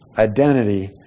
Identity